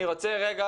אני רוצה לשמוע